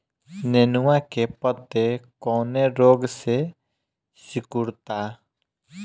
नेनुआ के पत्ते कौने रोग से सिकुड़ता?